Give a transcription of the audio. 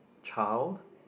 child